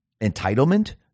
entitlement